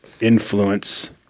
influence